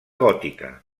gòtica